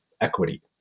equity